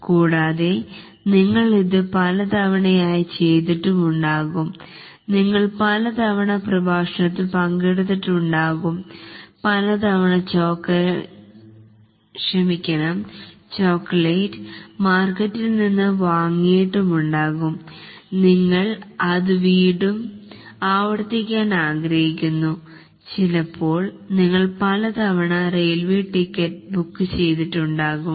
കൂടാതെ നിങ്ങൾ ഇതു പലതവണയായി ചെയ്തിട്ടും ഉണ്ടാകും നിങ്ങൾ പല തവണ പ്രഭാഷണത്തിൽ പങ്കെടുത്തിട്ടുണ്ടാകും പല തവണ ചോക്ലേറ്റ് മാർക്കറ്റിൽ നിന്ന് വാങ്ങിയിട്ടുണ്ടാകും നിങ്ങൾ അത് വീണ്ടും ആവർത്തിക്കാൻ ആഗ്രഹിക്കുന്നു ചിലപ്പോൾ നിങ്ങൾ പല തവണ റെയിൽവേ ടിക്കറ്റ് ബുക്ക് ചെയ്തിട്ടുണ്ടാകും